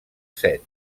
set